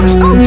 Stop